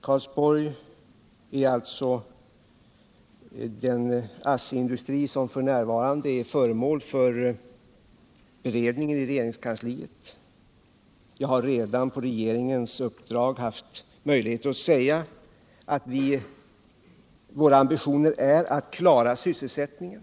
Karlsborg är alltså den ASSI-industri som f. n. är föremål för beredning i regeringskansliet. Jag har redan på regeringens uppdrag haft möjligheter att säga att våra ambitioner är att klara syssclsättningen.